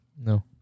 no